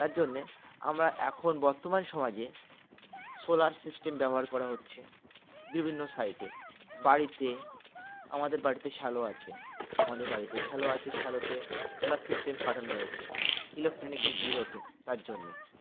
তার জন্যে আমরা এখন বর্তমান সমাজে সোলার সিস্টেম ব্যবহার করা হচ্ছে বিভিন্ন সাইটে বাড়িতে আমাদের বাড়িতে শ্যালো আছে আমাদের বাড়িতে শ্যালো আছে স্যালোতে সোলার সিস্টেম কাটানো হয়েছে ইলেকট্রনিকের বিল ওঠে তার জন্যে